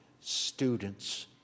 students